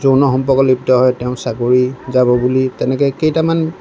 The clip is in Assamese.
যৌন সম্পৰ্কত লিপ্ত হয় তেওঁৰ চাকৰি যাব বুলি তেনেকৈ কেইটামান